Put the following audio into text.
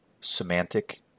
semantic